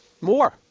More